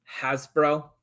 Hasbro